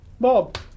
Bob